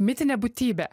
mitinė būtybė